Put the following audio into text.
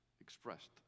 expressed